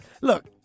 look